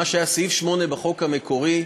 מה שהיה סעיף 8 בחוק המקורי,